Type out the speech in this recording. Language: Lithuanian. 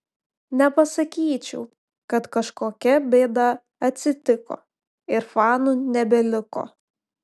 nepasakyčiau kad kažkokia bėda atsitiko ir fanų nebeliko